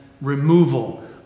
removal